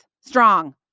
strong